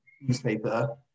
newspaper